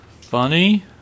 funny